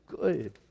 good